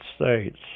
States